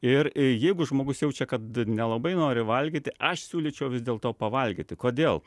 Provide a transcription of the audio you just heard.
ir jeigu žmogus jaučia kad nelabai nori valgyti aš siūlyčiau vis dėlto pavalgyti kodėl